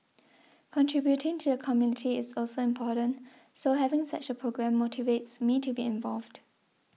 contributing to the community is also important so having such a programme motivates me to be involved